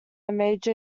major